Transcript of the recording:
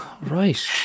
Right